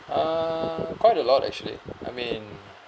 uh quite a lot actually I mean